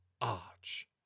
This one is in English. arch